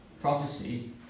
prophecy